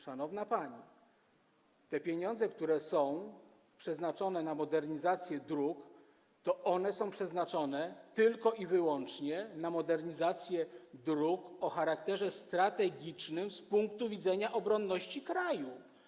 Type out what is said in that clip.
Szanowna pani, te pieniądze, które są przeznaczone na modernizację dróg, są przeznaczone tylko i wyłącznie na modernizację dróg o charakterze strategicznym z punktu widzenia obronności kraju.